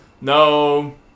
No